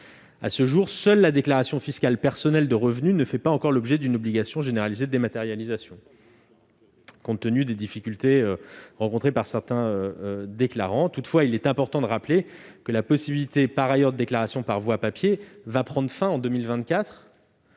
À ce jour, seule la déclaration fiscale personnelle de revenus ne fait pas encore l'objet d'une obligation généralisée de dématérialisation, compte tenu des difficultés rencontrées par certains déclarants. Toutefois, il est important de rappeler que la possibilité d'effectuer cette déclaration sur papier prendra fin pour